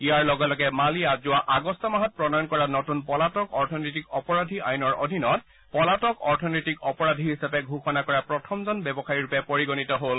ইয়াৰ লগে লগে মালিয়া যোৱা আগষ্ট মাহত প্ৰণয়ণ কৰা নতৃন পলাতক অৰ্থনৈতিক অপৰাধী আইনৰ অধীনত পলাতক অৰ্থনৈতিক অপৰাধী হিচাপে ঘোষণা কৰা প্ৰথমজন ব্যৱসায়ীৰূপে পৰিগণিত হল